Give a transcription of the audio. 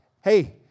Hey